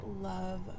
love